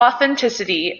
authenticity